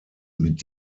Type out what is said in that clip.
mit